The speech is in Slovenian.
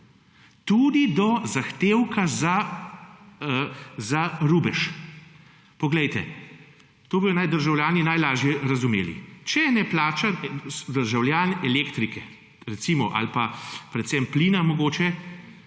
tudi do zahtevka za rubež. Poglejte, to bi naj državljani najlažje razumeli. Če ne plača državljan elektrike recimo ali pa predvsem plina mogoče,